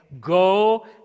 go